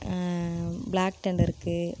பிளாக்தண்டர்க்கு